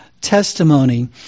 testimony